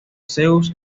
zeus